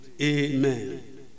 amen